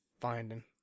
finding